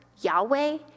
Yahweh